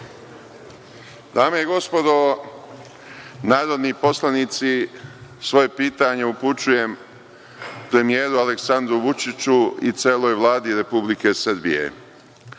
Dame i gospodo narodni poslanici, svoje pitanje upućujem premijeru Aleksandru Vučiću i celoj Vladi Republike Srbije.